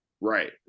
right